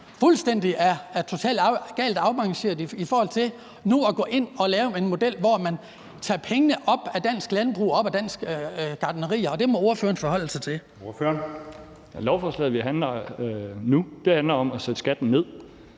fuldstændig, totalt galt afmarcheret i forhold til nu at gå ind og lave en model, hvor man tager pengene ud af dansk landbrug og dansk gartneri, og det må ordføreren forholde sig til. Kl. 12:59 Anden næstformand (Jeppe